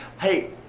hey